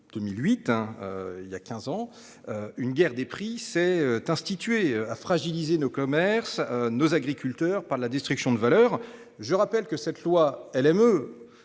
depuis quinze ans, une guerre des prix s'est installée, fragilisant nos commerces et nos agriculteurs par la destruction de valeur. Je rappelle que cette loi,